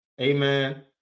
Amen